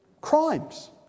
crimes